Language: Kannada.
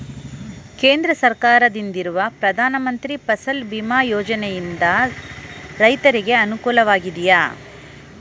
ಕೇಂದ್ರ ಸರ್ಕಾರದಿಂದಿರುವ ಪ್ರಧಾನ ಮಂತ್ರಿ ಫಸಲ್ ಭೀಮ್ ಯೋಜನೆಯಿಂದ ರೈತರಿಗೆ ಅನುಕೂಲವಾಗಿದೆಯೇ?